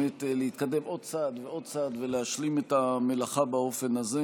להתקדם עוד צעד ועוד צעד ולהשלים את המלאכה באופן הזה,